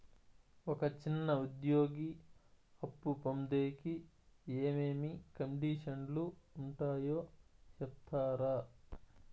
ఒక చిన్న ఉద్యోగి అప్పు పొందేకి ఏమేమి కండిషన్లు ఉంటాయో సెప్తారా?